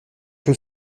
que